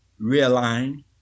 realign